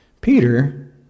Peter